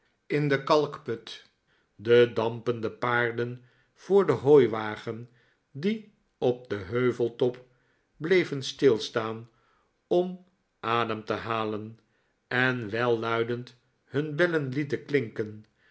in den kalkput de dampende paarden voor den hooiwagen die op den heuveltop bleven stilstaan om adem te halen en welluidend huh bellen lieten klingelen